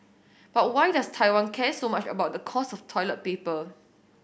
but why does Taiwan care so much about the cost of toilet paper